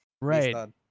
Right